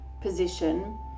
position